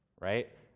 right